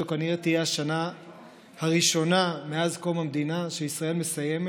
זאת כנראה תהיה השנה הראשונה מאז קום המדינה שישראל מסיימת